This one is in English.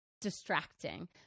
distracting